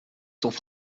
cents